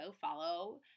follow